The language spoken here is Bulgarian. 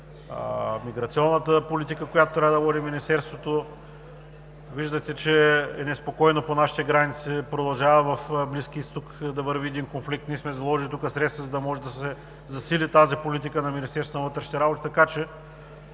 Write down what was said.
миграционната политика, която трябва да води Министерството. Виждате, че е неспокойно по нашите граници, в Близкия изток продължава да върви конфликт. Ние сме заложили средства, за да може да се засили политиката на Министерството на вътрешните